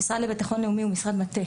המשרד לביטחון לאומי הוא משרד מטה.